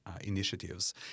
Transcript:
initiatives